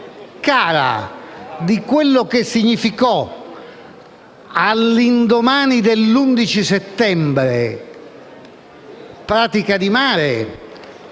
Grazie